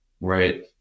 Right